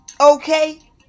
Okay